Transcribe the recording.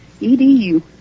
EDU